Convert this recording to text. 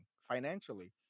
financially